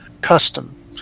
custom